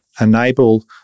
enable